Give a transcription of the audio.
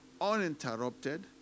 uninterrupted